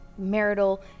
marital